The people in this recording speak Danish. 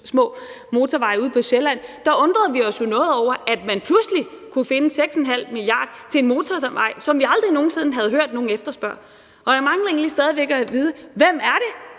motorveje ude på Sjælland – og der undrede vi os jo noget over, at man pludselig kunne finde 6,5 mia. kr. til en motorvej, som vi aldrig nogen sinde havde hørt nogen efterspørge. Og jeg mangler egentlig stadig væk at få at vide, hvem det